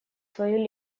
свою